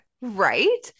right